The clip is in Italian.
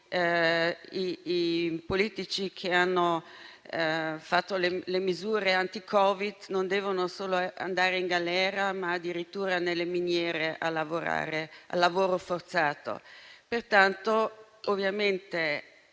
i politici che hanno fatto le misure anti-Covid non devono solo andare in galera, ma addirittura nelle miniere ai lavori forzati.